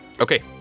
Okay